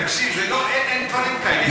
תקשיב, אין דברים כאלה.